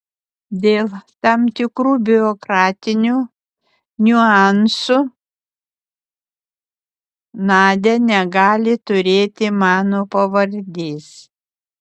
dėl tam tikrų biurokratinių niuansų nadia negali turėti mano pavardės